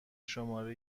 شماره